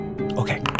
Okay